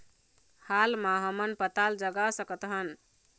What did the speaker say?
हाल मा हमन पताल जगा सकतहन?